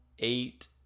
Eight